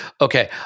Okay